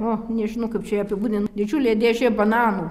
o nežinau kaip čia ją apibūdint didžiulė dėžė bananų